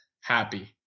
Happy